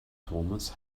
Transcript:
turmes